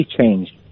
changed